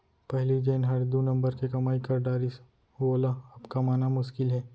पहिली जेन हर दू नंबर के कमाई कर डारिस वोला अब कमाना मुसकिल हे